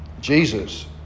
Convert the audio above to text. Jesus